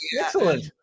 Excellent